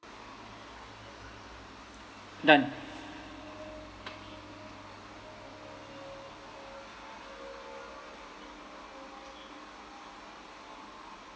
done